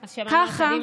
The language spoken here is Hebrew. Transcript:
את כל שנה תשמעי,